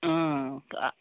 ও